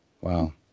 Wow